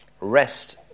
Rest